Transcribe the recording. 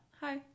hi